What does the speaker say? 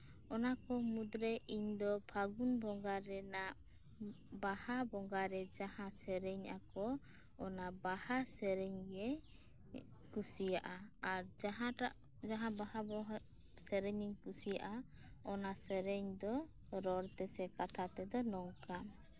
ᱚᱱᱟᱠᱚ ᱢᱩᱫᱽᱨᱮ ᱤᱧᱫᱚ ᱯᱷᱟᱹᱜᱩᱱ ᱵᱚᱸᱜᱟ ᱨᱮᱱᱟᱜ ᱵᱟᱦᱟ ᱵᱚᱸᱜᱟᱨᱮ ᱡᱟᱦᱟᱸ ᱥᱮᱨᱮᱧ ᱟᱠᱚ ᱚᱱᱟ ᱵᱟᱦᱟ ᱥᱮᱨᱮᱧᱜᱮ ᱠᱩᱥᱤᱭᱟᱜᱼᱟ ᱟᱨ ᱡᱟᱦᱟᱸᱴᱟᱜ ᱡᱟᱦᱟᱸ ᱵᱟᱦᱟ ᱥᱮᱨᱮᱧᱤᱧ ᱠᱩᱥᱤᱭᱟᱜᱼᱟ ᱚᱱᱟ ᱥᱮᱨᱮᱧ ᱫᱚ ᱨᱚᱲᱛᱮᱥᱮ ᱠᱟᱛᱷᱟ ᱛᱮᱫᱚ ᱱᱚᱝᱠᱟ